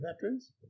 veterans